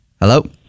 Hello